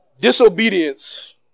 Disobedience